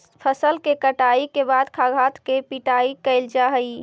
फसल के कटाई के बाद खाद्यान्न के पिटाई कैल जा हइ